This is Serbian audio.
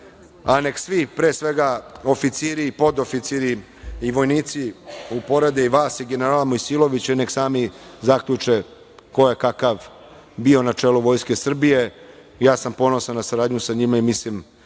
a nek svi, pre svega, oficiri i podoficiri i vojnici uporede i vas i generala Mojsilovića i nek sami zaključe ko je kakav bio na čelu Vojske Srbije. Ja sam ponosan na saradnju sa njim i mislim